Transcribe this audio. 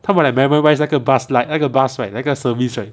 他们 like memorise like 那个 bus like 那个 boss right 那个 service right